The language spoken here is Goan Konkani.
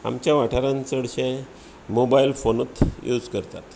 आमच्या वाठारांत चडशे मोबायल फोनूच यूज करतात